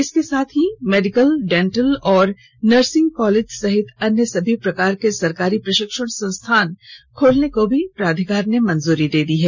इसके साथ ही मेडिकल डेन्टल और नर्सिंग कॉलेज सहित अन्य सभी प्रकार के सरकारी प्रशिक्षण संस्थान खोलने को भी प्राधिकार ने मंजूरी दे दी है